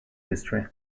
history